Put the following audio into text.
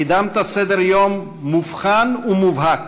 קידמת סדר-יום מובחן ומובהק.